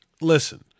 Listen